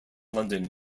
london